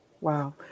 Wow